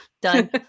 Done